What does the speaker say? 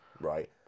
right